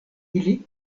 ili